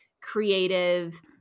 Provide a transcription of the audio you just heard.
creative